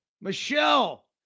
Michelle